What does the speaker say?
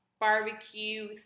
barbecue